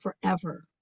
forever